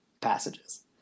passages